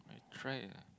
I try ah